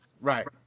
Right